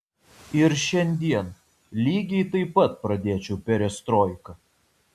ir šiandien lygiai taip pat pradėčiau perestroiką